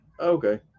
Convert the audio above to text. Okay